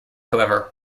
however